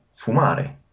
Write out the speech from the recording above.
fumare